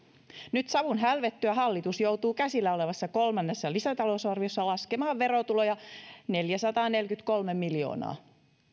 nyt savun hälvettyä hallitus joutuu käsillä olevassa kolmannessa lisätalousarviossa laskemaan verotuloja neljäsataaneljäkymmentäkolme miljoonaa